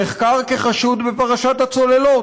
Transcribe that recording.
נחקר כחשוד בפרשת הצוללות.